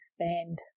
expand